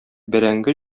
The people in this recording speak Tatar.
бәрәңге